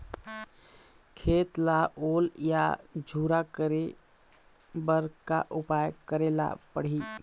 खेत ला ओल या झुरा करे बर का उपाय करेला पड़ही?